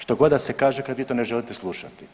Što god da se kaže kad vi to ne želite slušati.